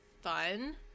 fun